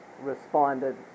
responded